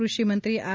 કૃષિમંત્રી આર